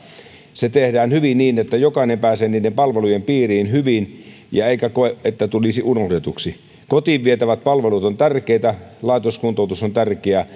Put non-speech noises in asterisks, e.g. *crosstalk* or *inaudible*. tehdään hyvin niin että jokainen pääsee niiden palvelujen piiriin hyvin eikä koe että tulisi unohdetuksi kotiin vietävät palvelut ovat tärkeitä laitoskuntoutus on tärkeää *unintelligible*